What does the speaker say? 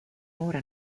noore